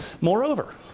moreover